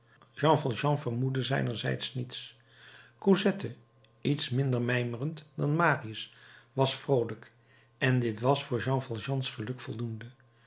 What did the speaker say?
jean valjean vermoedde zijnerzijds niets cosette iets minder mijmerend dan marius was vroolijk en dit was voor jean valjeans geluk voldoende